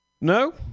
No